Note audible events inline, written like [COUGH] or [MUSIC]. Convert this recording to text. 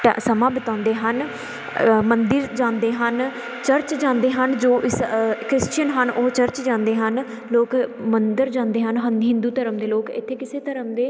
ਟਾ ਸਮਾਂ ਬਿਤਾਉਂਦੇ ਹਨ ਮੰਦਰ ਜਾਂਦੇ ਹਨ ਚਰਚ ਜਾਂਦੇ ਹਨ ਜੋ ਇਸ ਕ੍ਰਿਸਚਨ ਹਨ ਉਹ ਚਰਚ ਜਾਂਦੇ ਹਨ ਲੋਕ ਮੰਦਰ ਜਾਂਦੇ ਹਨ [UNINTELLIGIBLE] ਹਿੰਦੂ ਧਰਮ ਦੇ ਲੋਕ ਇੱਥੇ ਕਿਸੇ ਧਰਮ ਦੇ